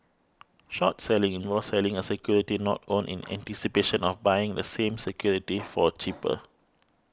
short selling involves selling a security not owned in anticipation of buying the same security for cheaper